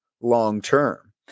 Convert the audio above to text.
long-term